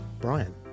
Brian